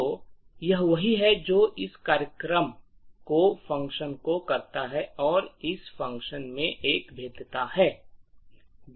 तो यह वही है जो इस कार्यक्रम करता है और इस कार्यक्रम में एक भेद्यता है